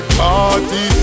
party